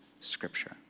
scripture